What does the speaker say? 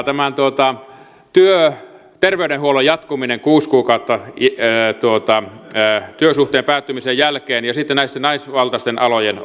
tämän työterveydenhuollon jatkumisen kuusi kuukautta työsuhteen päättymisen jälkeen ja sitten myöskin näitten naisvaltaisten alojen